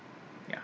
yeah